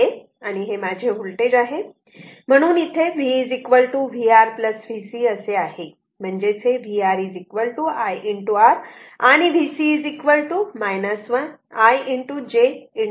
आणि माझे व्होल्टेज आहे म्हणून इथे V VR VC असे आहे म्हणजेच हे VR I R आणि VC I j 1 ω c असे आहे